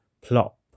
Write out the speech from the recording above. Plop